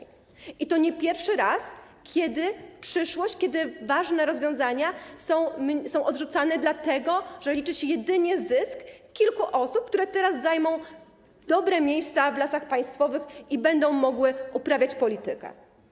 I to nie pierwszy raz, kiedy przyszłość, kiedy ważne rozwiązania są odrzucane dlatego, że liczy się jedynie zysk kilku osób, które teraz zajmą dobre miejsca w Lasach Państwowych i będą mogły uprawiać politykę.